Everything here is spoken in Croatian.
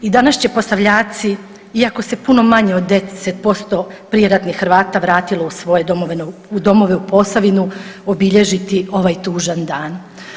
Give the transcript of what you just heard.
I današnji Posavljaci, iako se puno manje od 10% prijeratnih Hrvata vratilo u svoje domove u Posavinu, obilježiti ovaj tužan dan.